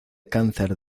cáncer